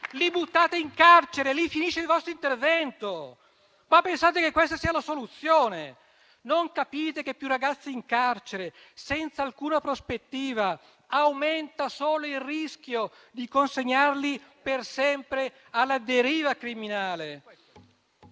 Li buttate in carcere e lì finisce il vostro intervento. Pensate che questa sia la soluzione? Non capite che con più ragazzi in carcere, senza alcuna prospettiva, aumenta solo il rischio di consegnarli per sempre alla deriva criminale?